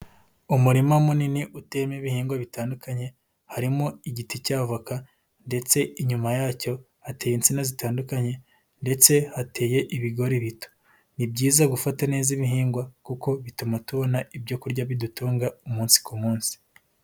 Umurima munini uteyemo ibihingwa bitandukanye harimo igiti cya avoka ndetse inyuma yacyo hateye insina zitandukanye ndetse hateye ibigori bito, ni byiza gufata neza ibihingwa kuko bituma tubona ibyo kurya bidutunga umunsi ku munsi.